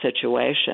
situation